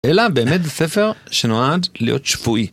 אלא באמת ספר שנועד להיות שפוי.